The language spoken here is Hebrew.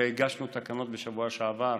הרי הגשנו תקנות בשבוע שעבר,